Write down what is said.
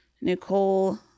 Nicole